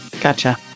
Gotcha